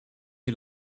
you